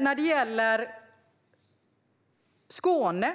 När det gäller Skåne